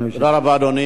תודה רבה, אדוני.